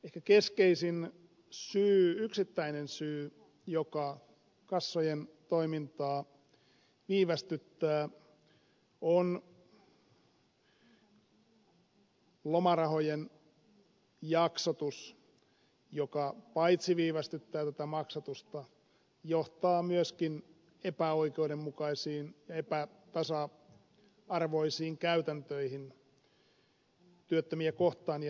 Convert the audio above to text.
ehkä keskeisin yksittäinen syy joka kassojen toimintaa viivästyttää on lomarahojen jaksotus joka paitsi viivästyttää tätä maksatusta johtaa myöskin epäoikeudenmukaisiin ja epätasa arvoisiin käytäntöihin työttömiä kohtaan ja heidän välillään